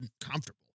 comfortable